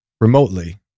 remotely